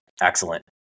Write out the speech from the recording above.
Excellent